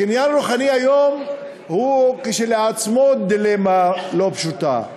קניין רוחני היום הוא כשלעצמו דילמה לא פשוטה.